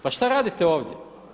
Pa šta radite ovdje?